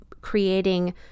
creating